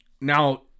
now